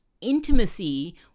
intimacy